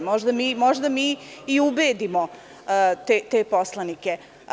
Možda mi i ubedimo te poslanike.